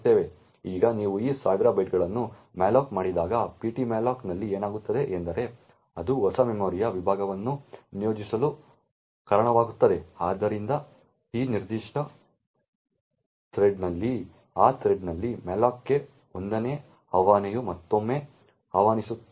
ಈಗ ನೀವು ಈ ಸಾವಿರ ಬೈಟ್ಗಳನ್ನು ಮ್ಯಾಲೊಕ್ ಮಾಡಿದಾಗ ptmalloc ನಲ್ಲಿ ಏನಾಗುತ್ತದೆ ಎಂದರೆ ಅದು ಹೊಸ ಮೆಮೊರಿಯ ಭಾಗವನ್ನು ನಿಯೋಜಿಸಲು ಕಾರಣವಾಗುತ್ತದೆ ಆದ್ದರಿಂದ ಈ ನಿರ್ದಿಷ್ಟ ಥ್ರೆಡ್ನಲ್ಲಿ ಆ ಥ್ರೆಡ್ನಲ್ಲಿ malloc ಗೆ 1 ನೇ ಆವಾಹನೆಯು ಮತ್ತೊಮ್ಮೆ ಆಹ್ವಾನಿಸುತ್ತದೆ